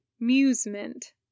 amusement